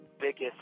biggest